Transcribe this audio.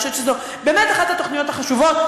אני חושבת שזו באמת אחת התוכניות החשובות.